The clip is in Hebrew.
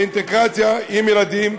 באינטגרציה עם ילדים.